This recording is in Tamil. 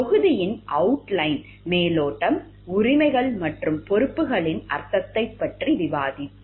தொகுதியின் அவுட்லைன் உரிமைகள் மற்றும் பொறுப்புகளின் அர்த்தத்தைப் பற்றி விவாதிப்போம்